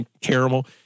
Caramel